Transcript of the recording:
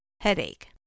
headache